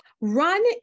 Run